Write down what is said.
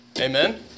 Amen